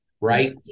Right